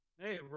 Hey